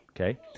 Okay